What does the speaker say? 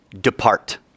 depart